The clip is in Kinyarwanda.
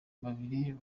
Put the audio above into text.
babiri